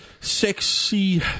sexy